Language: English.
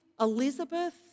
Elizabeth